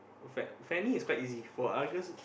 oh Fa~ Fanny is quite easy for Argus